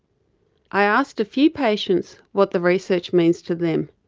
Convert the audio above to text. i asked a few patients what the research means to them.